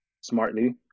smartly